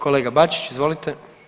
Kolega Bačić, izvolite.